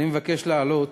אני מבקש להעלות